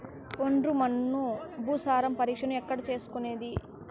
ఒండ్రు మన్ను భూసారం పరీక్షను ఎక్కడ చేసుకునేది?